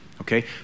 okay